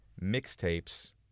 mixtapes